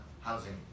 housing